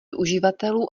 uživatelů